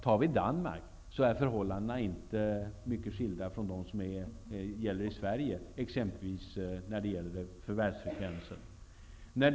Förhållandena i t.ex. Danmark skiljer sig inte nämnvärt från förhållanden i Sverige när det gäller förvärvsfrekvensen.